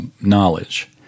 knowledge